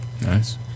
nice